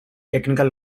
technical